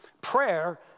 Prayer